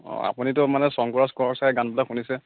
অঁ আপুনিতো মানে শংকুৰাজ কোঁৱৰৰ ছাগৈ গানবিলাক শুনিছে